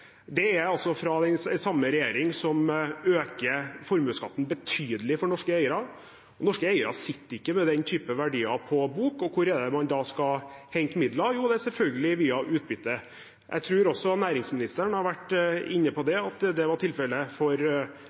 Det er altså fra den samme regjeringen som øker formuesskatten betydelig for norske eiere. Norske eiere sitter ikke med den type verdier på bok, og hvor er det man da skal hente midler? Jo, det er selvfølgelig via utbytte. Jeg tror også næringsministeren har vært inne på at dette var tilfellet for